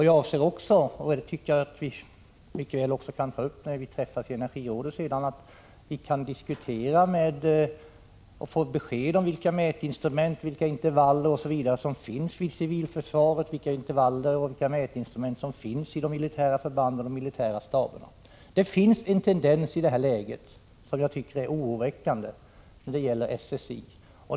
Jag avser också att ta upp — och det tycker jag att vi kan diskutera när vi träffas i Energirådet — vilka mätinstrument som finns inom civilförsvaret och inom det militära försvaret och de militära staberna, vilka mätgränser osv. som gäller för dem, för att få besked om detta. Det finns en tendens i det här läget som jag tycker är oroväckande. Det gäller SSI.